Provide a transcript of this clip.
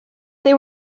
they